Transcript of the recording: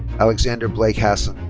alexander blake hasson.